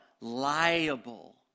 liable